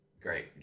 Great